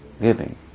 giving